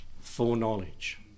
foreknowledge